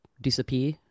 disappear